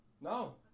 No